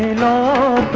know,